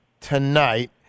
tonight